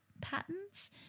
patterns